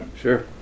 Sure